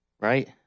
Right